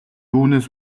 үүнээс